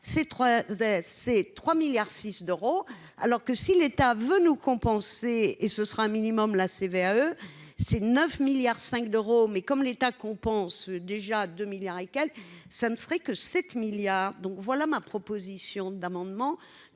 3 S, c'est 3 milliards 6 d'euros alors que si l'État veut nous compenser et ce sera un minimum la CVAE ces 9 milliards 5 d'euros mais comme l'État compense déjà 2 milliards elle ça ne ferait que 7 milliards, donc voilà ma proposition d'amendement